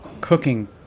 cooking